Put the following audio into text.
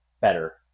better